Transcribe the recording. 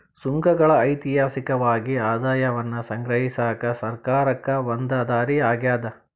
ಸುಂಕಗಳ ಐತಿಹಾಸಿಕವಾಗಿ ಆದಾಯವನ್ನ ಸಂಗ್ರಹಿಸಕ ಸರ್ಕಾರಕ್ಕ ಒಂದ ದಾರಿ ಆಗ್ಯಾದ